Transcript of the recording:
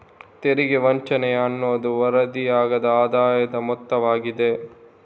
ತೆರಿಗೆ ವಂಚನೆಯ ಅನ್ನುವುದು ವರದಿಯಾಗದ ಆದಾಯದ ಮೊತ್ತವಾಗಿದೆ